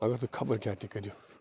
اگر تُہۍ خَبر کیٛاہ تہِ کٔرِو